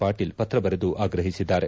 ಪಾಟೀಲ್ ಪತ್ರ ಬರೆದು ಆಗ್ರಹಿಸಿದ್ದಾರೆ